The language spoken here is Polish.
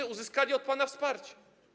Czy uzyskali od pana wsparcie?